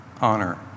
honor